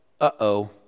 uh-oh